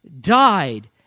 died